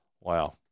Wow